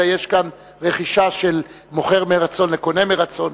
אלא יש כאן רכישה של מוכר מרצון לקונה מרצון,